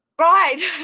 Right